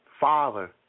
Father